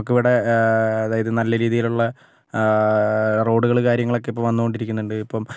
നമുക്കിവിടെ അതായത് നല്ല രീതിയിലുള്ള റോഡുകൾ കാര്യങ്ങളൊക്കെ ഇപ്പോൾ വന്നുകൊണ്ടിരിക്കുന്നുണ്ട് ഇപ്പം